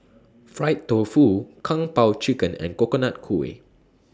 Fried Tofu Kung Po Chicken and Coconut Kuih